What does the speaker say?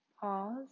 pause